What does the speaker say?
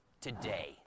today